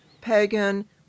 pagan